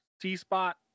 T-Spot